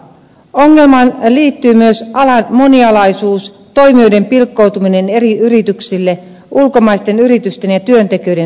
ongelmaan liittyy alan monialaisuus toimijoiden pilkkoutuminen eri yrityksille ja ulkomaisten yritysten ja työntekijöiden suuri määrä